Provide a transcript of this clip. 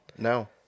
No